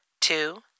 two